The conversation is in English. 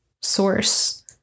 source